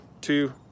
two